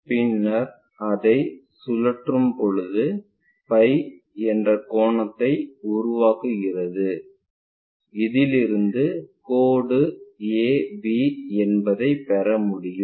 பின்னர் அதைச் சுழற்றும் போது பை என்ற கோணத்தை உருவாகுகிறது இதிலிருந்து கோடு ab என்பதைப் பெறமுடியும்